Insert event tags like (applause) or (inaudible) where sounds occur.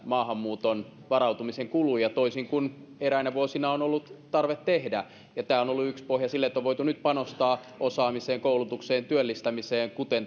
maahanmuuttoon varautumisen kuluja toisin kuin eräinä vuosina on ollut tarve tehdä ja tämä on ollut yksi pohja sille että on voitu nyt panostaa osaamiseen koulutukseen työllistämiseen kuten (unintelligible)